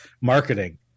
marketing